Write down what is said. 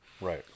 Right